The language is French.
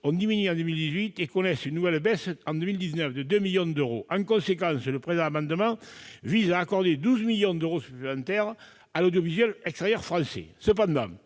ont diminué en 2018 et connaissent une nouvelle baisse en 2019 de 2 millions d'euros. En conséquence, le présent amendement vise à accorder 12 millions d'euros supplémentaires à l'audiovisuel extérieur français.